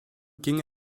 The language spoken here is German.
ging